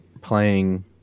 playing